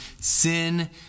sin